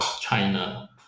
China